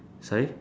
sorry